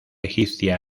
egipcia